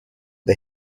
the